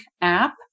app